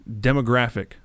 demographic